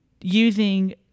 using